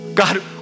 God